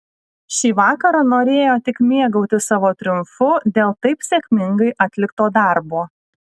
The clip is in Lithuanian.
šį vakarą norėjo tik mėgautis savo triumfu dėl taip sėkmingai atlikto darbo